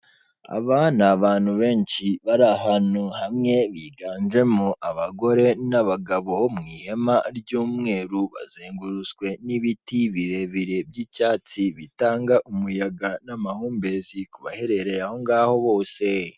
Aba ni abantu benshi bari ahantu hamwe, biganjemo abagore n'abagabo, mu ihema ry'umweru, bazengurutswe n'ibiti birebire by'icyatsi, bitanga umuyaga n'amahumbezi ku baherere aho ngaho bose.